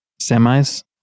semis